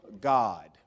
God